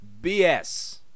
BS